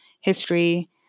history